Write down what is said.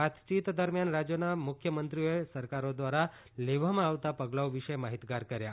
વાતચીત દરમિયાન રાજ્યોના મુખ્યમંત્રીઓએ સરકારો દ્વારા લેવામાં આવતા પગલાઓ વિશે માહિતગાર કર્યા